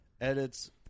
edits